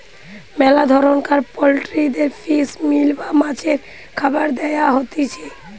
মেলা ধরণকার পোল্ট্রিদের ফিশ মিল বা মাছের খাবার দেয়া হতিছে